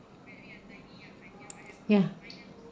ya